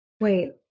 Wait